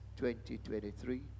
2023